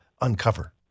uncover